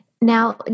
Now